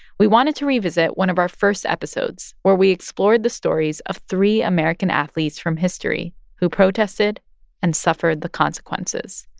we wanted to revisit one of our first episodes, where we explored the stories of three american athletes from history who protested and suffered the consequences.